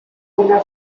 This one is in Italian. una